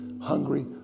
hungry